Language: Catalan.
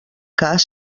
cas